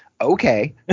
okay